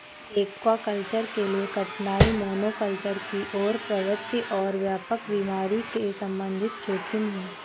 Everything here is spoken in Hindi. एक्वाकल्चर के लिए कठिनाई मोनोकल्चर की ओर प्रवृत्ति और व्यापक बीमारी के संबंधित जोखिम है